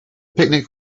picnic